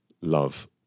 love